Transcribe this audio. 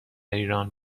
ایران